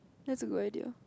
that's a good idea